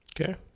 Okay